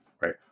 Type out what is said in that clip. right